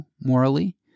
morally